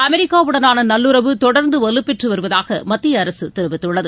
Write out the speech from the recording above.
அமெரிக்காவுடனான நல்லுறவு தொடர்ந்து வலுப்பெற்று வருவதாக மத்திய அரசு தெரிவித்துள்ளது